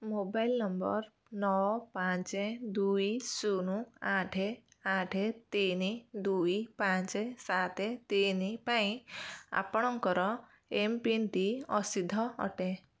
mobile number ନଅ ପାଞ୍ଚ ଦୁଇ ଶୂନ ଆଠ ଆଠ ତିନି ଦୁଇ ପାଞ୍ଚ ସାତ ତିନି ପାଇଁ ଆପଣଙ୍କର ଏମ୍ପିନ୍ଟି ଅସିଦ୍ଧ ଅଟେ